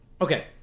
Okay